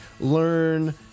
learn